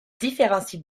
différencie